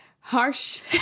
harsh